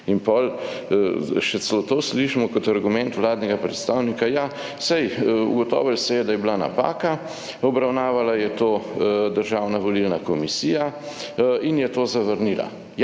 še celo to slišimo kot argument vladnega predstavnika, ja, saj ugotovilo se je, da je bila napaka, obravnavala je to Državna volilna komisija in je to zavrnila.